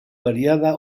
variada